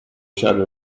shouted